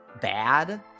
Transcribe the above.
bad